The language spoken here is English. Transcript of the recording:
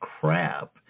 Crap